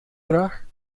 vraag